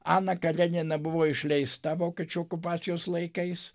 ana karenina buvo išleista vokiečių okupacijos laikais